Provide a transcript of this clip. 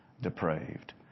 depraved